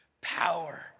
power